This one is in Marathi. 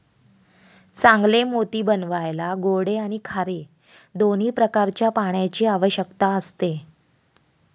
चांगले मोती बनवायला गोडे आणि खारे दोन्ही प्रकारच्या पाण्याची आवश्यकता असते